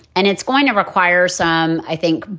and it's going to require some, i think,